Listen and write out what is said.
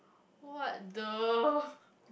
what the